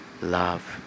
love